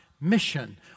mission